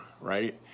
right